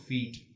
Feet